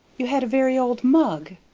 you had a very old mug.